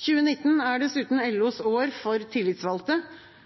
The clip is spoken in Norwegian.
2019 er dessuten